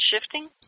shifting